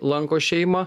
lanko šeimą